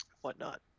whatnot